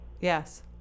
yes